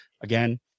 again